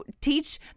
teach